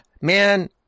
man